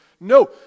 No